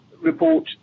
report